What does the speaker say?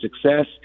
success